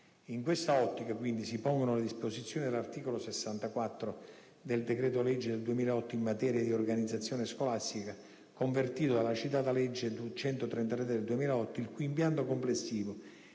In questa ottica, quindi, si pongono le disposizioni dell'articolo 64 del decreto-legge 25 giugno 2008, n. 112, in materia di organizzazione scolastica, convertito dalla citata legge n. 133 del 2008, il cui impianto complessivo